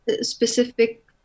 specific